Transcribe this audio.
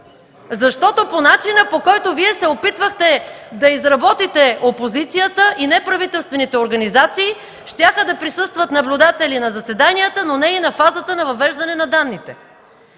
защото начинът, по който Вие се опитвахте да изработите опозицията и неправителствените организации, е да присъстват наблюдатели на заседанията, но не и на фазата на въвеждане на данните.